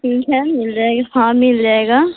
ठीक है मिल जाएगा हाँ मिल जाएगा